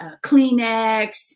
Kleenex